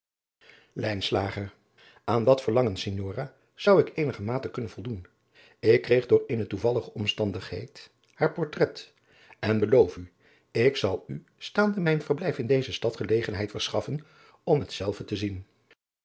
aan dat verlangen signora zou ik eenigermate kunnen voldoen ik kreeg door eene toevallige omstandigheid haar portrait en beloof u ik zal u staande mijn verblijf in deze stad gelegenheid verschaffen om hetzelve te zien